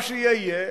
מה שיהיה יהיה,